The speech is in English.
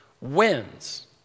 wins